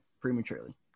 prematurely